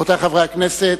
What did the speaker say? רבותי חברי הכנסת,